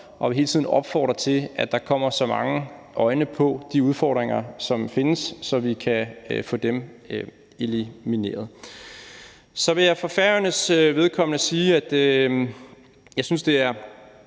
jeg vil hele tiden opfordre til, at der kommer så mange øjne på de udfordringer, som findes, så vi kan få dem elimineret. Så vil jeg for Færøernes vedkommende sige, at jeg synes, det er